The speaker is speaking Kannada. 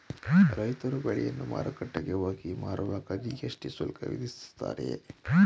ರೈತರು ಬೆಳೆಯನ್ನು ಮಾರುಕಟ್ಟೆಗೆ ಹೋಗಿ ಮಾರುವಾಗ ಜಿ.ಎಸ್.ಟಿ ಶುಲ್ಕ ವಿಧಿಸುತ್ತಾರೆಯೇ?